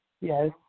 Yes